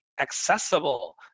accessible